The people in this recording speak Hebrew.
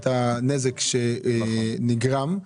את הנזק שנגרם,